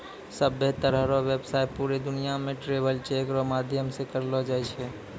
सभ्भे तरह रो व्यवसाय पूरे दुनियां मे ट्रैवलर चेक रो माध्यम से करलो जाय छै